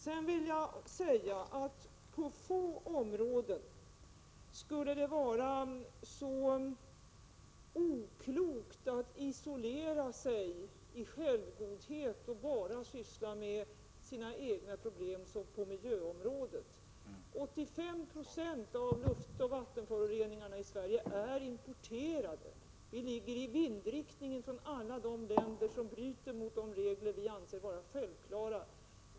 Sedan vill jag säga att det på få områden skulle vara så oklokt att isolera sig i självgodhet och bara syssla med sina egna problem som på miljöområdet. 85 Iz av luftoch vattenföroreningarna i Sverige är importerade. Vi ligger i vindriktningen från alla de länder som bryter mot de regler som vi anser vara självklara.